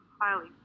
highly